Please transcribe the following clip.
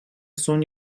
son